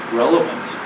relevant